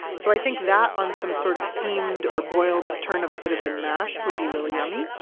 so i think that on some sort of steamed or boiled turnips that have been mashed would be really yummy.